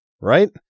Right